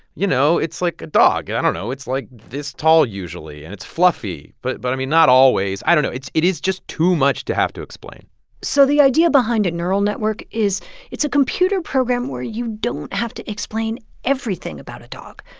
you know, it's like a dog. and i don't know. it's, like, this tall usually. and it's fluffy, but, but i mean, not always. i don't know. it is just too much to have to explain so the idea behind a neural network is it's a computer program where you don't have to explain everything about a dog.